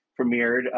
premiered